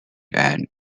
and